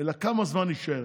אלא על כמה זמן נישאר.